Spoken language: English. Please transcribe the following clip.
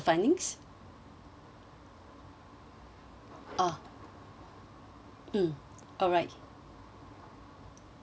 oh mm alright okay